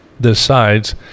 decides